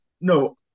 No